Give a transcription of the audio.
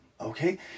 Okay